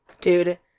Dude